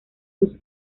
sus